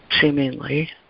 seemingly